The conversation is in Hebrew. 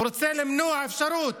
הוא רוצה למנוע אפשרות